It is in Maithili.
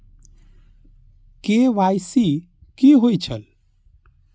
के.वाई.सी कि होई छल?